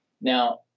Now